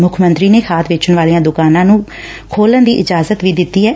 ਮੁੱਖ ਮੰਤਰੀ ਨੇ ਖ਼ਾਦ ਵੇਚਣ ਵਾਲੀਆਂ ਦੁਕਾਨਾਂ ਨੂੰ ਖੋਲੁਣ ਦੀ ਇਜਾਜ਼ਤ ਵੀ ਦਿੱਤੀ ਐ